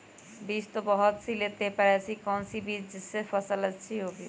बीज तो बहुत सी लेते हैं पर ऐसी कौन सी बिज जिससे फसल अच्छी होगी?